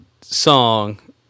song